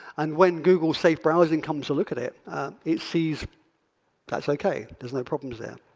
and when google safe browsing comes to look at it, it sees that's ok, there's no problems there.